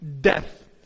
Death